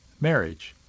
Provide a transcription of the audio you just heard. marriage